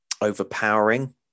overpowering